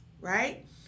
right